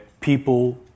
people